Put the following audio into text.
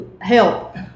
help